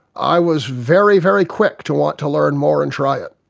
i was very, very quick to want to learn more and try it.